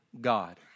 God